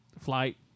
flight